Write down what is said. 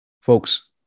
folks